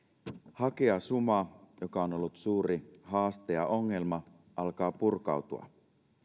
hakijasuma joka on ollut suuri haaste ja ongelma alkaa purkautua